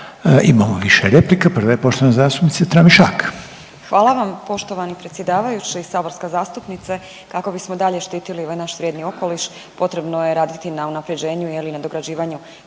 Imamo više replika. Prava je poštovane zastupnice Tramišak. **Tramišak, Nataša (HDZ)** Hvala vam poštovani predsjedavajući i saborska zastupnice. Kako bismo i dalje štitili ovaj naš vrijedni okoliš potrebno je raditi na unapređenju i na nadograđivanju